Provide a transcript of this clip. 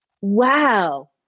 Wow